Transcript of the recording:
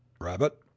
Rabbit